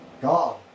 God